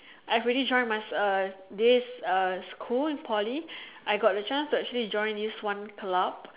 I've already joined my uh this uh school in Poly I got the chance to actually join this one club